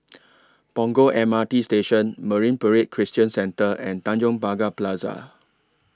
Punggol M R T Station Marine Parade Christian Centre and Tanjong Pagar Plaza